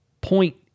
point